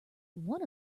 one